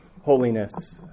holiness